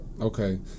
okay